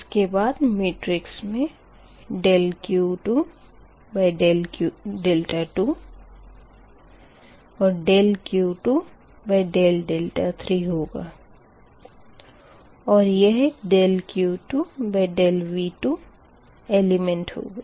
उसके बाद मेट्रिक्स मे dQ2d2 dQ2d3होगा और यह dQ2dV2 एलिमेंट होगा